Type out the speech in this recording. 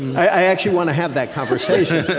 i actually want to have that conversation a